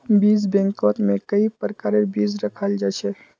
बीज बैंकत में कई प्रकारेर बीज रखाल जा छे